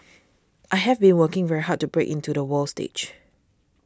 I have been working very hard to break into the world stage